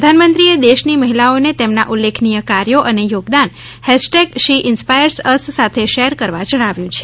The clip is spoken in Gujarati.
પ્રધાનમંત્રીએ દેશની મહિલાઓને તેમના ઉલ્લેખનીય કાર્યો અને યોગદાન હેશટેગ શી ઇન્સપાયર્સઅસ સાથે શેર કરવા જણાવ્યુ છે